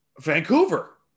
Vancouver